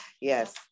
yes